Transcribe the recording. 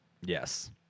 Yes